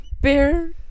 Bear